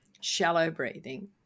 shallow-breathing